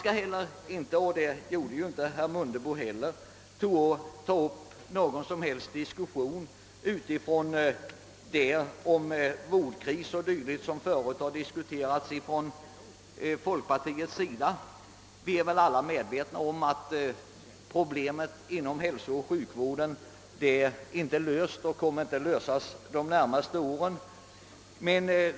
I likhet med herr Mundebo skall inte heller jag ge mig in på någon som helst diskussion om den s.k. vårdkrisen, som man tidigare tagit upp från folkpartiets sida. Vi är alla medvetna om att problemen inom hälsooch sjukvården inte är lösta och inte heller kommer att lösas inom de närmaste åren.